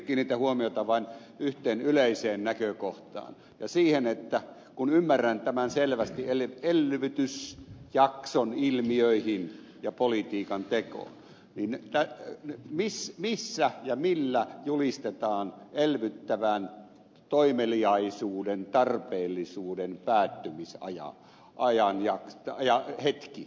kiinnitän huomiota vain yhteen yleiseen näkökohtaan ja siihen että kun ymmärrän tämän selvästi liittyvän elvytysjakson ilmiöihin ja politiikantekoon niin missä ja millä julistetaan elvyttävän toimeliaisuuden tarpeellisuuden päättymishetki